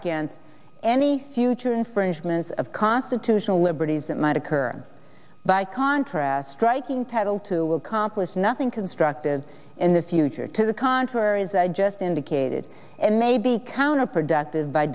against any future infringements of constitutional liberties that might occur by contrast striking title to accomplish nothing constructive in the future to the contrary as i just indicated and may be counterproductive by